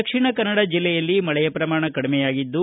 ದಕ್ಷಿಣ ಕನ್ನಡ ಜಿಲ್ಲೆಯಲ್ಲಿ ಮಳೆಯ ಪ್ರಮಾಣ ಕಡಿಮೆಯಾಗಿದ್ದು